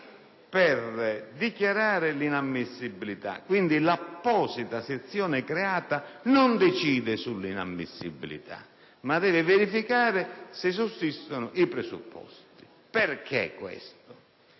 per dichiarare l'inammissibilità. Quindi, l'apposita sezione creata non decide sull'inammissibilità, ma deve verificare se sussistono i presupposti. Questo